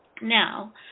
Now